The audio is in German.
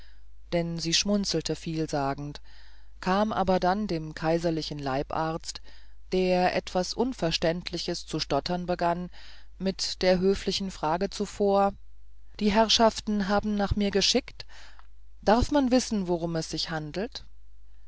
denn sie schmunzelte vielsagend kam aber dann dem kaiserlichen leibarzt der etwas unverständliches zu stottern begann mit der höflichen frage zuvor die herrschaften haben nach mir geschickt darf man wissen worum es sich handelt